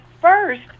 first